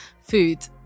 food